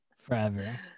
Forever